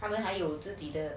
他们还有自己的